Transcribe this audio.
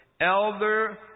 elder